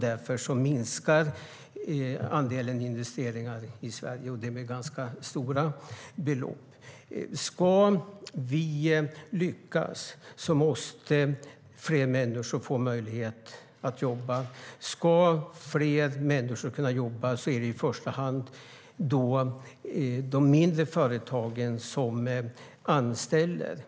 Därför minskar andelen investeringar i Sverige, och det med ganska stora belopp. Ska vi lyckas måste fler människor få möjlighet att jobba, och det är i första hand de mindre företagen som anställer.